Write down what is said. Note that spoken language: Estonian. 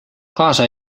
kaasa